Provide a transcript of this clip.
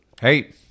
Hey